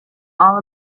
all